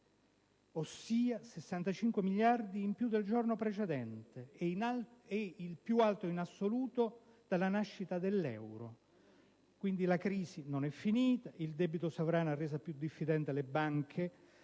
65 miliardi in più del giorno precedente e il valore in assoluto più alto dalla nascita dell'euro. Quindi, la crisi non è finita e il debito sovrano ha reso più diffidenti le banche,